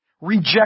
reject